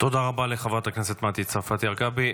תודה רבה לחברת הכנסת מטי צרפתי הרכבי.